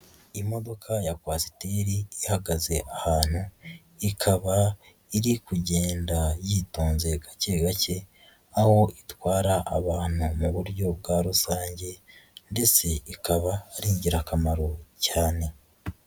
Imodoka ya Coaster ihagaze ahantu, ikaba iri kugenda yitonze gake gake, aho itwara abantu mu buryo bwa rusange ndetse ikaba ari ingirakamaro cyane.